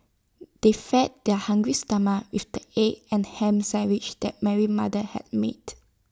they fed their hungry stomachs with the egg and Ham Sandwiches that Mary mother had made